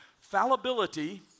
fallibility